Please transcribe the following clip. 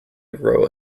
grow